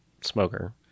smoker